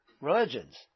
religions